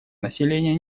населения